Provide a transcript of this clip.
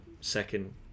second